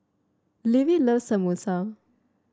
Levie loves Samosa